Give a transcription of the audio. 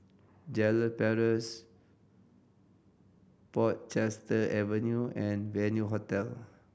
Jalan Paras Portchester Avenue and Venue Hotel